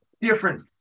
different